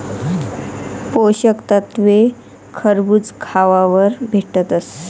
पोषक तत्वे खरबूज खावावर भेटतस